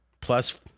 plus